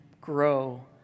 grow